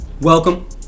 Welcome